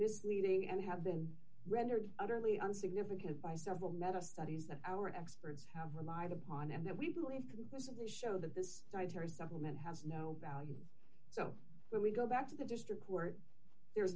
this leaning and have been rendered utterly and significant by several metal studies that our experts have relied upon and that we believe conclusively show that this dietary supplement has no value so when we go back to the district where there